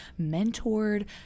mentored